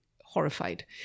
horrified